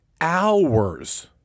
hours